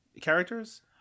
characters